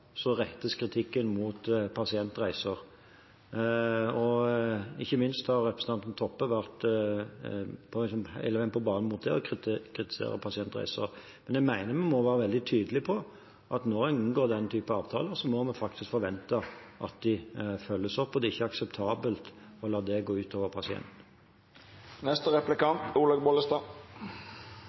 rettes kritikken mot Pasientreiser. Ikke minst har representanten Toppe vært på banen der og kritisert Pasientreiser. Men jeg mener vi må være veldig tydelig på at når en inngår den typen avtaler, må vi forvente at de følges opp. Det er ikke akseptabelt å la det gå ut over